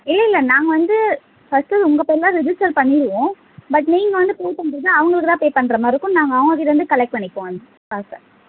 இல்லல்லை நாங்கள் வந்து ஃபஸ்ட்டு உங்கள் பேரில் தான் ரிஜிஸ்டர் பண்ணிடுவோம் பட் நீங்கள் வந்து பூட்டும் போது அவர்களுக்கு தான் பே பண்ணுற மாதிரி இருக்கும் நாங்கள் அவங்கக்கிட்டேருந்து கலெக்ட் பண்ணிப்போம் காசை